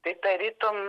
tai tarytum